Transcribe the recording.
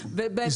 חול?